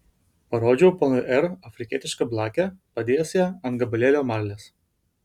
parodžiau ponui r afrikietišką blakę padėjęs ją ant gabalėlio marlės